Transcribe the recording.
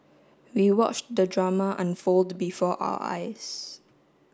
we watched the drama unfold before our eyes